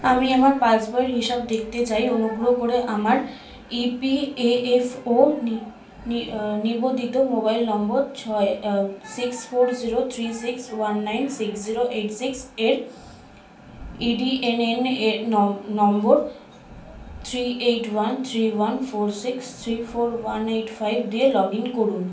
আমি আমার পাসবইয়ের হিসাব দেখতে চাই অনুগ্রহ করে আমার ইপিএএফও নি নি নিবন্ধিত মোবাইল নম্বর ছয় six four zero three six one nine six zero eight six এর ইডিএনএনএ নম নম্বর three eight one three one four six three four one eight five দিয়ে লগ ইন করুন